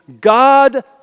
God